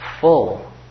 full